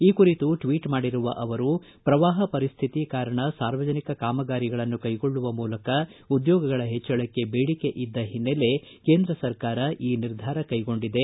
ಈ ಕುರಿತು ಟ್ವೀಟ್ ಮಾಡಿರುವ ಅವರು ಪ್ರವಾಹ ಪರಿಸ್ಥಿತಿ ಕಾರಣ ಸಾರ್ವಜನಿಕ ಕಾಮಗಾರಿಗಳನ್ನು ಕೈಗೊಳ್ಳುವ ಮೂಲಕ ಉದ್ಯೋಗಗಳ ಹೆಚ್ಚಳಕ್ಕೆ ಬೇಡಿಕೆ ಇದ್ದ ಹಿನ್ನೆಲೆ ಕೇಂದ್ರ ಸರ್ಕಾರ ಈ ನಿರ್ಧಾರ ಕೈಗೊಂಡಿದೆ